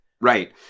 Right